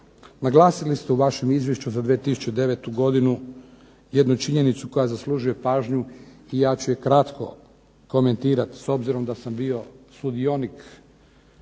Naglasili ste u vašem izvješću za 2009. godinu jednu činjenicu koja zaslužuje pažnju i ja ću je kratko komentirati. S obzirom da sam bio sudionik